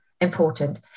important